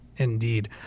Indeed